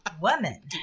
woman